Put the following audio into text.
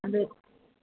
ꯑꯗꯨ